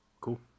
Cool